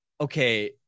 okay